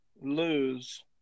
lose